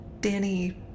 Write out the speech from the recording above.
Danny